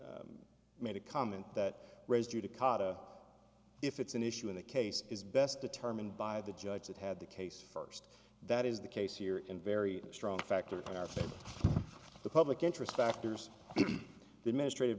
made a comment that raised judicata if it's an issue in the case is best determined by the judge that had the case first that is the case here in very strong factor of the public interest factors in the ministry of